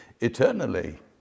eternally